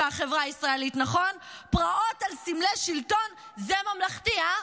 מהאו"ם, המפלגות הממלכתיות.